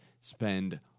spend